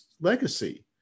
legacy